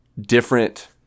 different